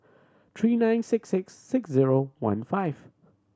three nine six six six zero one five